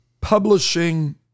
publishing